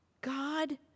God